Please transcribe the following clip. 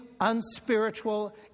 unspiritual